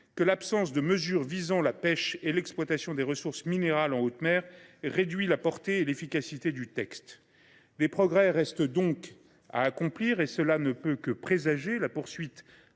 que l’absence de mesures visant la pêche et l’exploitation des ressources minérales en haute mer réduit sa portée et son efficacité. Des progrès restent donc à accomplir et cela ne peut que laisser présager la poursuite